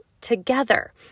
together